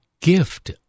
gift